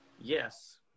Yes